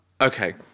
Okay